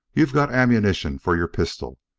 you've got ammunition for your pistol,